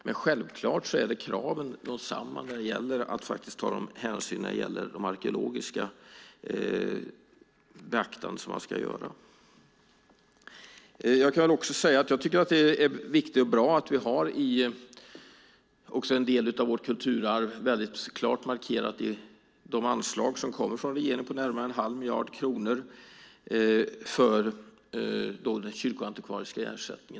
Men självfallet är kraven desamma när det gäller att ta de arkeologiska hänsyn som man ska ta. Det är viktigt och bra att vi har en del av vårt kulturarv klart markerat i de anslag som kommer från regeringen på närmare en halv miljard kronor för den kyrkoantikvariska ersättningen.